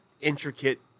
intricate